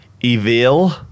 evil